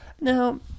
Now